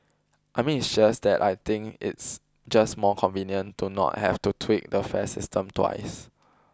I mean it's just that I think it's just more convenient to not have to tweak the fare system twice